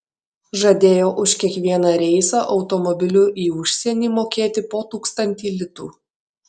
žadėjo už kiekvieną reisą automobiliu į užsienį mokėti po tūkstantį litų